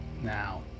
Now